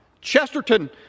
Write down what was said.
Chesterton